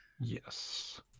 Yes